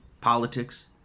politics